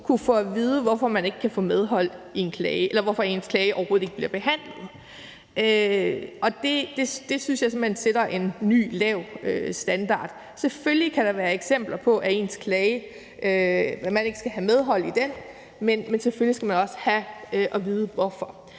klage, eller hvorfor ens klage overhovedet ikke bliver behandlet. Det synes jeg simpelt hen sætter en ny lav standard. Selvfølgelig kan der være eksempler på, at man ikke skal have medhold i sin klage, men man skal selvfølgelig også have at vide hvorfor.